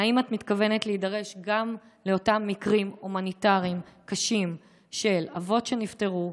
האם את מתכוונת להידרש גם לאותם מקרים הומניטריים קשים של אבות שנפטרו,